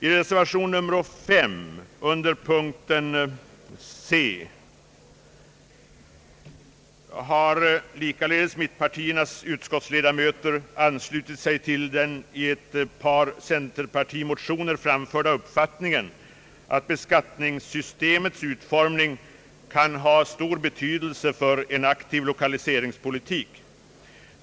I reservationen nr 5 vid punkten C har mittenpartiernas utskottsledamöter anslutit sig till den i centerpartimotioner framförda uppfattningen, att beskattningssystemets utformning kan ha stor betydelse för en aktiv lokaliseringspolitik.